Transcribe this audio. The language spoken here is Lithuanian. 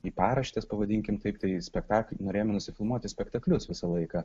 į paraštes pavadinkim taip tai spektak norėjome nusifilmuoti spektaklius visą laiką